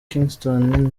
kingston